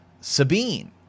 Sabine